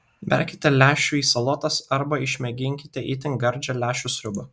berkite lęšių į salotas arba išmėginkite itin gardžią lęšių sriubą